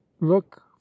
look